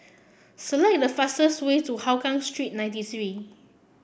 select the fastest way to Hougang Street ninety three